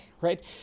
right